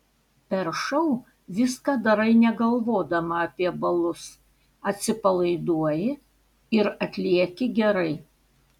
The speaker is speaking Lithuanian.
per šou viską darai negalvodama apie balus atsipalaiduoji ir atlieki gerai